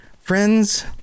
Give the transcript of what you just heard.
friends